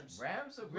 Rams